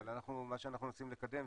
אבל מה שאנחנו מנסים לקדם,